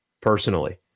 personally